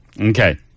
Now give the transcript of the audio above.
Okay